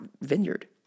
vineyard